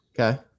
Okay